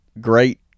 great